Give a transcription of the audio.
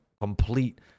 complete